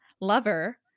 Lover